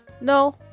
no